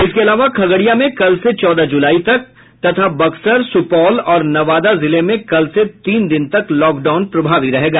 इसके अलावा खगड़िया में कल से चौदह जुलाई तक तथा बक्सर सुपौल और नवादा जिले में कल से तीन दिन तक लॉकडाउन प्रभावी रहेगा